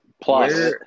Plus